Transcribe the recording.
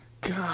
God